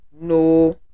no